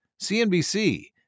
CNBC